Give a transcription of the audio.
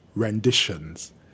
renditions